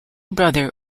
brother